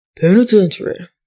penitentiary